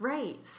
Right